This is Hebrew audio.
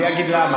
אני אגיד למה.